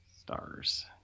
stars